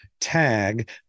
tag